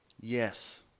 Yes